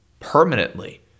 permanently